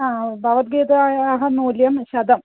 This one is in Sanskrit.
भगद्गीतायाः मूल्यं शतं